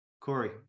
Corey